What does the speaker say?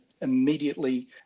immediately